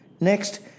Next